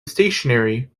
stationary